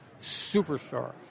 superstar